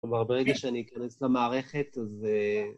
כלומר, ברגע שאני אכנס למערכת, אז...